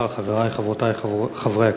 חברי וחברותי חברי הכנסת,